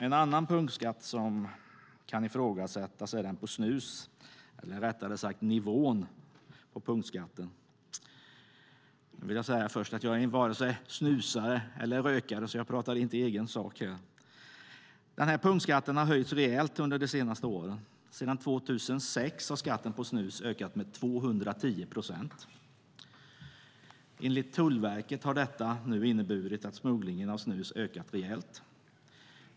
En annan punktskatt som kan ifrågasättas är den på snus, eller rättare sagt nivån på punktskatten. Jag vill då säga att jag inte är vare sig snusare eller rökare, så jag pratar inte i egen sak här. Denna punktskatt har höjts rejält under de senaste åren. Sedan 2006 har skatten på snus ökat med 210 procent. Enligt Tullverket har detta nu inneburit att smugglingen av snus ökat rejält.